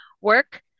work